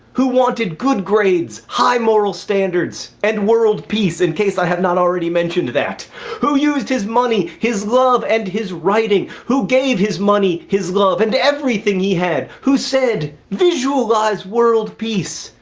who wanted good grades, high moral standards, and world peace in case i have not already mentioned that who used his money, his love, and his writing, who gave his money, his love, and everything he had, had, who said, visualize world peace,